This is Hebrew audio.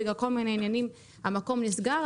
בגלל כל מיני עניינים המקום נסגר,